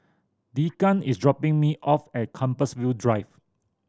Deegan is dropping me off at Compassvale Drive